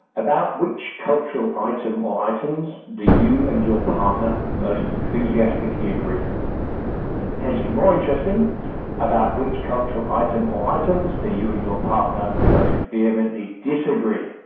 about which cultural item or items do you and your partner most enthusiastically agree and potentially more interesting about which cultural item or items that you and your partner most vehemently disagree.